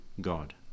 God